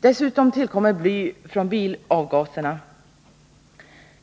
Dessutom tillkommer bly från bilavgaser.